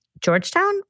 Georgetown